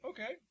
Okay